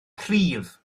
prif